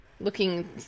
Looking